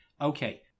okay